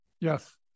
Yes